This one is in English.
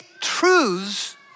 truths